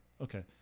Okay